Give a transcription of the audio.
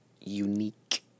unique